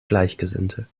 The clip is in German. gleichgesinnte